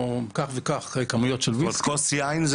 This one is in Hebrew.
או כך וכך --- אז כוס יין,